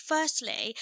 Firstly